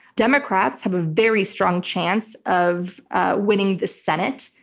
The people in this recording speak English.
democrats have a very strong chance of ah winning the senate.